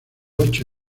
ocho